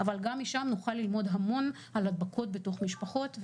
אבל גם משם נוכל ללמוד המון על הדבקות בתוך משפחות,